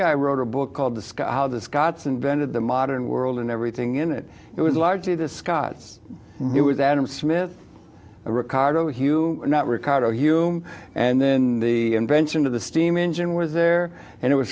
guy wrote a book called the sky how the scots invented the modern world and everything in it it was largely the scots it was adam smith ricardo hugh not ricardo hugh and then the invention of the steam engine was there and it was